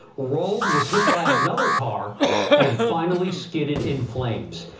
rolledded, was hit by another car and finally skidded in flames.